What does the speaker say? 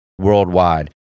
worldwide